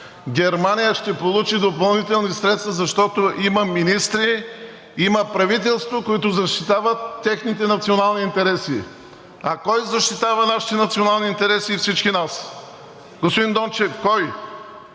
Германия ще получи допълнителни средства, защото има министри, има правителство, които защитават техните национални интереси! А кой защитава нашите национални интереси и всички нас?! (Реплики.) Господин Дончев, кой?